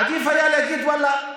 עדיף היה להגיד: ואללה,